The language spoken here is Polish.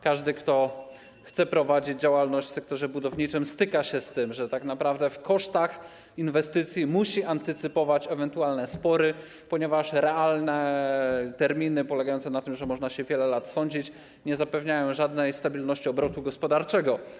Każdy, kto chce prowadzić działalność w sektorze budowniczym, styka się z tym, że tak naprawdę w kosztach inwestycji musi antycypować ewentualne spory, ponieważ realne terminy polegające na tym, że można się wiele lat sądzić, nie zapewniają żadnej stabilności obrotu gospodarczego.